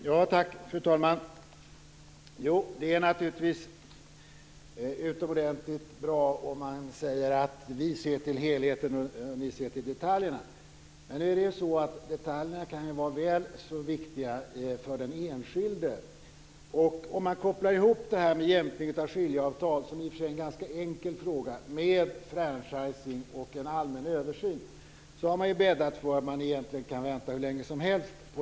Fru talman! Det är naturligtvis utomordentligt bra att säga att vi ser till helheten och ni ser till detaljerna. Men detaljerna kan vara väl så viktiga för den enskilde. Om jämkning av skiljeavtal, som i och för sig är en ganska enkel fråga, kopplas ihop med franchising och en allmän översyn, är det bäddat för att vänta hur länge som helst.